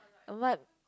what